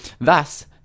Thus